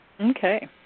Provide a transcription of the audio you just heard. Okay